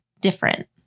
different